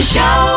Show